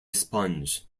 sponge